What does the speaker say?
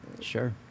Sure